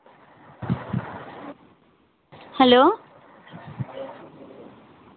hello